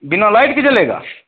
बिना लाइट के चलेगा